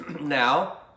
Now